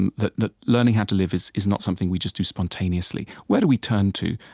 and that that learning how to live is is not something we just do spontaneously. where do we turn to?